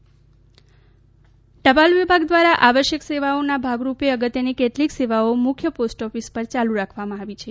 ટપાલ સેવા ટપાલ વિભાગ દ્વારા આવશ્યક સેવાના ભાગરૂપે અગત્યની કેટલીક સેવાઓ મુખ્ય પોસ્ટઓફિસ પર યાલુ રાખવામાં આવી છે